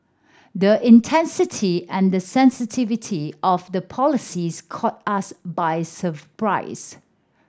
the intensity and the sensitivity of the policies caught us by surprise